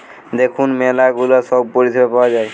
দেখুন ম্যালা গুলা সব পরিষেবা পাওয়া যায়